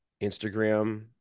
Instagram